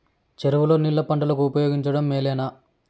చెరువు లో నీళ్లు పంటలకు ఉపయోగించడం మేలేనా?